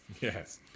Yes